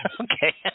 Okay